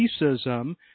racism